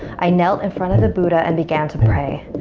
i knelt in front of the buddha and began to pray.